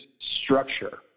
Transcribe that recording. structure